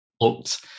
looked